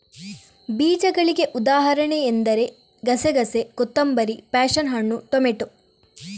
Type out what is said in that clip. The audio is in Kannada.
ಬೀಜಗಳಿಗೆ ಉದಾಹರಣೆ ಎಂದರೆ ಗಸೆಗಸೆ, ಕೊತ್ತಂಬರಿ, ಪ್ಯಾಶನ್ ಹಣ್ಣು, ಟೊಮೇಟೊ